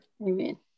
Amen